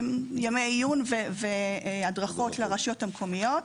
יש ימי עיון והדרכות לרשויות המקומיות.